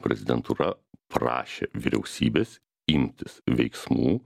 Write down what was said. prezidentūra prašė vyriausybės imtis veiksmų